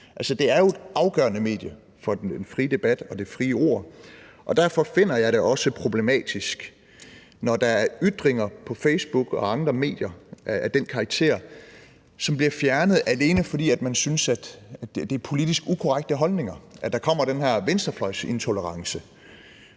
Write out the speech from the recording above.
Det er jo et afgørende medie for den frie debat og det frie ord, og derfor finder jeg det også problematisk, når der er ytringer på Facebook og andre medier af den karakter, som bliver fjernet, alene fordi man synes, det er politisk ukorrekte holdninger. Der kommer den her venstrefløjsintolerance